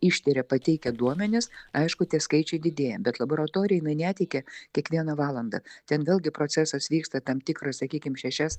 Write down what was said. ištiria pateikia duomenis aišku tie skaičiai didėja bet laboratorija jinai neteikia kiekvieną valandą ten vėlgi procesas vyksta tam tikras sakykim šešias